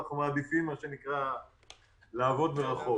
אנחנו מעדיפים לעבוד מרחוק.